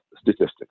statistics